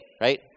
right